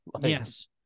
Yes